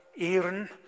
Aaron